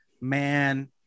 man